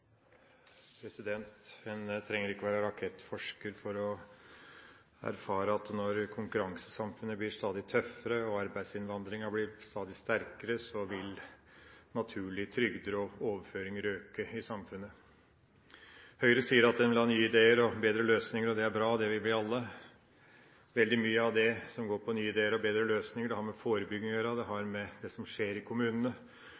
En trenger ikke være rakettforsker for å erfare at når konkurransesamfunnet blir stadig tøffere og arbeidsinnvandringa stadig sterkere, vil trygder og overføringer naturlig øke i samfunnet. Høyre sier at de vil ha nye ideer og bedre løsninger, og det er bra – det vil vi alle. Veldig mye av det som går på nye ideer og bedre løsninger, har med forebygging å gjøre, det